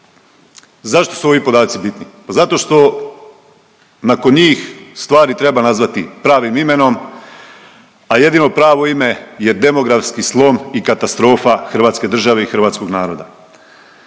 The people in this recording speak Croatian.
Zašto su ovi podaci bitni? Pa zato što nakon njih stvari treba nazvati pravim imenom, a jedino pravo ime je demografski slom i katastrofa hrvatske države i hrvatskog naroda.